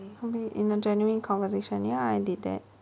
only in a genuine conversation ya I did that